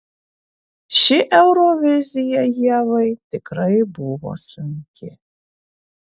ši eurovizija ievai tikrai buvo sunki